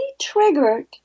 triggered